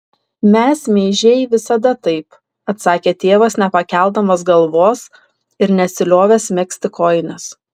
mes meižiai visada taip atsakė tėvas nepakeldamas galvos ir nesiliovęs megzti kojinės